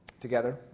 together